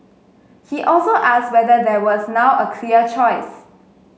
he also asked whether there was now a clear choice